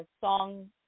song